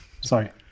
Sorry